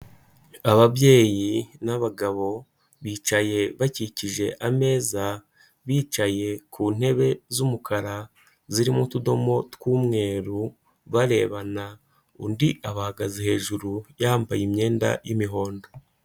Ababyeyi n'abagabo bicaye bakikije ameza, bicaye ku ntebe z'umukara zirimo utudomo tw'umweru barebana, undi abahagaze hejuru, yambaye imyenda y'imihondo.